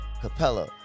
capella